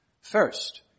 First